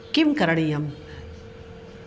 किं करणीयम्